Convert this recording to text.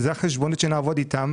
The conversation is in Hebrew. וזאת החשבונית שנעבוד איתה,